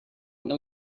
know